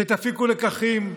שתפיקו לקחים,